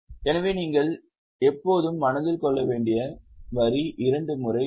எனவே நீங்கள் எப்போதும் மனதில் கொள்ள வேண்டிய வரி இரண்டு முறை வரும்